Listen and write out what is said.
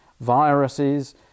viruses